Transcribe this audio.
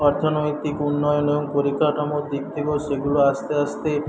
অর্থনৈতিক উন্নয়ন এবং পরিকাঠামোর দিক থেকেও সেগুলো আস্তে আস্তে